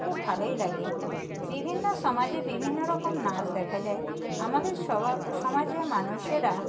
খুব ভালোই লাগে বিভিন্ন সমাজে বিভিন্নরকম নাচ দেখা যায় আমাদের সমাজেও মানুষেরা